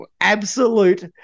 absolute